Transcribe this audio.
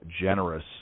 generous